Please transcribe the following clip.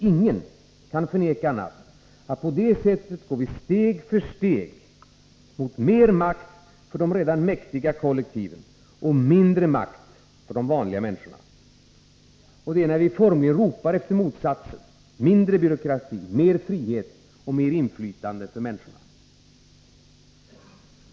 Ingen kan förneka att vi på det sättet går steg för steg mot mer makt för de redan mäktiga kollektiven och mindre makt för de vanliga människorna — detta när vi formligen ropar efter motsatsen: mindre byråkrati, mera frihet och inflytande för människorna.